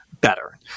better